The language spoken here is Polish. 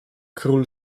król